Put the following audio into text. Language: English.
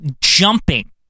jumping